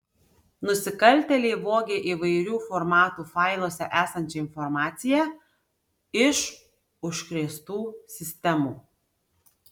nusikaltėliai vogė įvairių formatų failuose esančią informaciją iš užkrėstų sistemų